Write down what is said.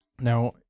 Now